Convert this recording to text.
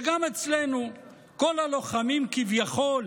וגם אצלנו כל הלוחמים כביכול